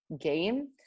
game